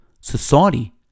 society